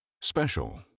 Special